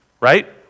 Right